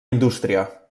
indústria